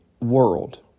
world